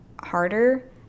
harder